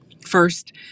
first